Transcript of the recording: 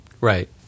Right